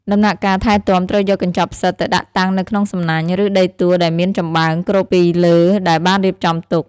ដំណាក់កាលថែទាំត្រូវយកកញ្ចប់ផ្សិតទៅដាក់តាំងនៅក្នុងសំណាញ់ ឬដីទួលដែលមានចំប៉ើងគ្រប់ពីលើដែលបានរៀបចំទុក។